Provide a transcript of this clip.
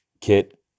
Kit